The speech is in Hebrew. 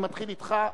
אני מתחיל אתך,